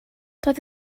doedd